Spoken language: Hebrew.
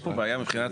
יש כאן בעיה מבחינת